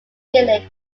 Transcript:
village